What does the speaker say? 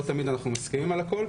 לא תמיד אנחנו מסכימים על הכל,